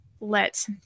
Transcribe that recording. let